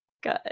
Good